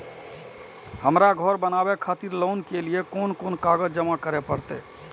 हमरा घर बनावे खातिर लोन के लिए कोन कौन कागज जमा करे परते?